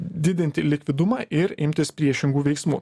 didinti likvidumą ir imtis priešingų veiksmų